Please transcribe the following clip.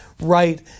right